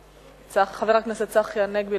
חבר הכנסת צחי הנגבי,